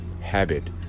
habit